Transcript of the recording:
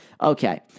okay